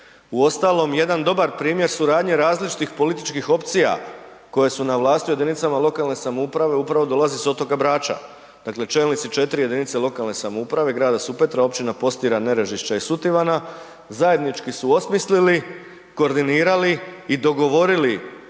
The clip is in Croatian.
Uostalom, jedan dobar primjer suradnje različitih političkih opcija koje su na vlasti u jedinica lokalne samouprave upravo dolazi sa otoka Brača. Dakle čelnici 4 jedinice lokalne samouprave grada Supetra, općina Postira, Nerežišće i Sutivana zajednički su osmislili, koordinirali i dogovorili